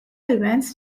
events